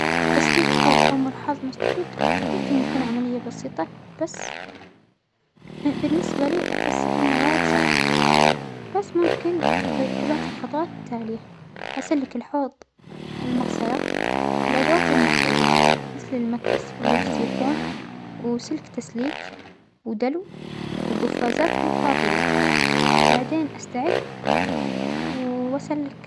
تسليك حوض أو مرحاظ مسدود يمكن أن يكون عملية بسيطة بس بالنسبة لي أحس أنه وايد صعب، بس ممكن لو أتبعت الخطوات التالية أسلك الحوض المغسلة، الأدوات المطلوبة مثل المكبس اللى هو السيفون وسلك تسليك ودلو وجفازات مطاطية، وبعدين أستعد ووأسلك.